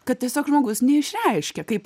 kad tiesiog žmogus neišreiškė kaip